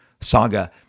saga